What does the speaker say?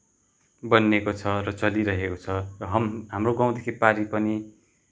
बनिएको छ र चलिरहेको छ र हाम्रो गाउँदेखि पारि पनि